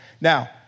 Now